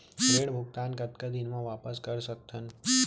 ऋण भुगतान कतका दिन म वापस कर सकथन?